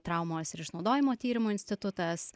traumos ir išnaudojimo tyrimų institutas